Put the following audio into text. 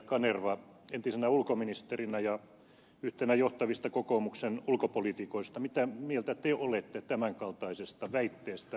kanerva entisenä ulkoministerinä ja yhtenä johtavista kokoomuksen ulkopoliitikoista mitä mieltä te olette tämän kaltaisesta väitteestä